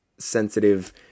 sensitive